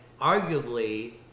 arguably